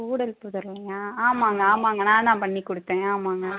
கூடல்புதூருல்லயா ஆமாம்ங்க ஆமாம்ங்க நான் தான் பண்ணிக்கொடுத்தேன் ஆமாம்ங்க